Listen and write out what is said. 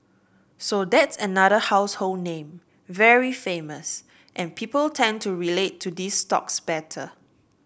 so that's another household name very famous and people tend to relate to these stocks better